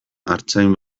artzain